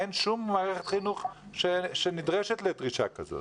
אין שום מערכת חינוך שנדרשת לדרישה כזאת.